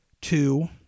Two